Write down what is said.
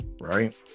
right